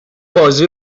بازی